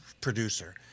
producer